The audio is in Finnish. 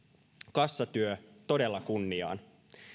kassatyö todella kunniaan